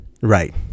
Right